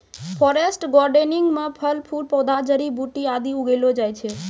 forest gardening म फल फूल पौधा जड़ी बूटी आदि उगैलो जाय छै